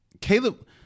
Caleb